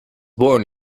born